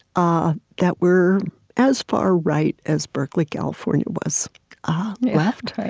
ah that were as far-right as berkeley, california, was left,